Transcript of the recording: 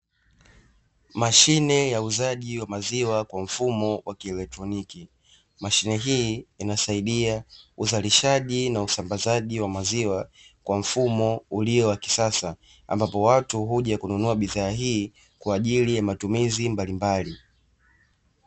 Mashine ya uuzaji wa maziwa kwa mfumo wa kieletroniki, mashine hii inasaidia uzalishaji na usambazaji wa maziwa, kwa mfumo ulio wa kisasa ambapo watu huja kununua bidhaa hii kwa ajili ya matumizi mbalimbali.